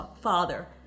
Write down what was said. father